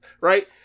right